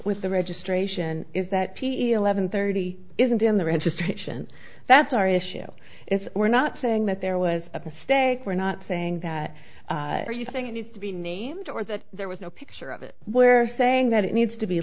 with the registration is that p e o levon thirty isn't in the registration that's our issue is we're not saying that there was a mistake we're not saying that you think needs to be named or that there was no picture of it where saying that it needs to be